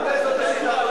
זאת השיטה: תוציא.